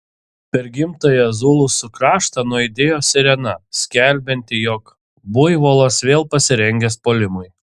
per gimtąjį zulusų kraštą nuaidėjo sirena skelbianti jog buivolas vėl pasirengęs puolimui